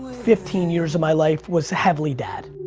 fifteen years of my life was heavily dad.